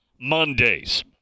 Mondays